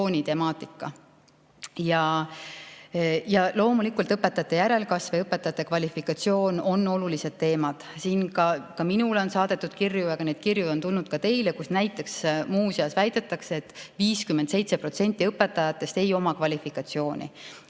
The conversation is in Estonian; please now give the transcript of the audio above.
kvalifikatsiooni temaatika. Loomulikult, õpetajate järelkasv ja õpetajate kvalifikatsioon on olulised teemad. Ka minule on saadetud kirju, neid kirju on tulnud ka teile, kus väidetakse, et 57% õpetajatest ei oma kvalifikatsiooni.